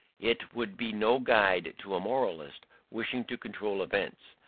it would be no guide to a moralist wishing to control events,